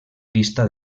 pista